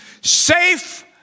safe